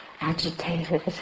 agitated